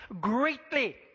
greatly